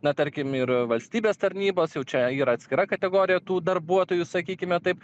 na tarkim ir valstybės tarnybos jau čia yra atskira kategorija tų darbuotojų sakykime taip